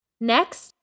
Next